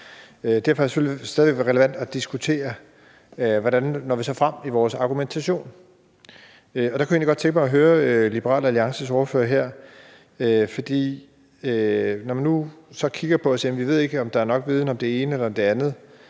stadig relevant at diskutere, hvordan vi så kommer frem til vores argumentation. Og der kunne jeg egentlig godt tænke mig at høre Liberal Alliances ordfører om det med, at vi ikke ved, om der er nok viden om det ene eller om det andet.